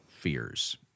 fears